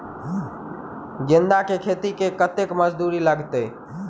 गेंदा केँ खेती मे कतेक मजदूरी लगतैक?